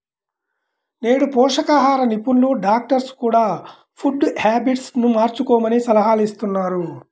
నేడు పోషకాహార నిపుణులు, డాక్టర్స్ కూడ ఫుడ్ హ్యాబిట్స్ ను మార్చుకోమని సలహాలిస్తున్నారు